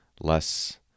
less